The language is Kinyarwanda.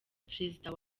perezida